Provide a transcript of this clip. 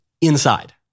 inside